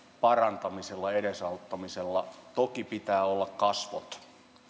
parantamisella ja edesauttamisella toki pitää olla kasvot